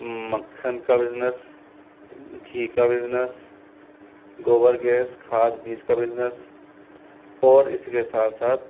मक्खन का बिज़नस घी का बिज़नस गोबर गैस खाद बीज का बिज़नस ओर इसके साथ साथ